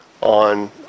on